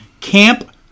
Camp